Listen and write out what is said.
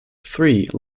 three